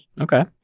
Okay